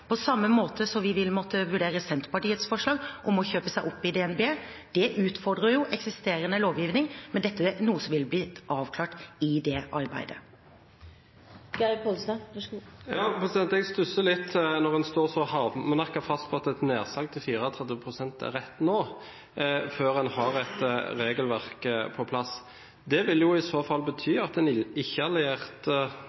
på samme måte som vi vil måtte vurdere Senterpartiets forslag om å kjøpe seg opp i DNB. Det utfordrer eksisterende lovgivning, men dette er noe som vil bli avklart i det arbeidet. Jeg stusser litt når en står så hardnakket fast på at et nedsalg til 34 pst. er rett nå, før en har et regelverk på plass. Det vil i så fall bety at en ikke-alliert – det kan være mange som en ikke